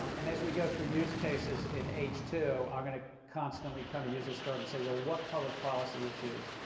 um and as we go through use cases in h two, i'm going to constantly kind of use this start and say, well, what public policy issues?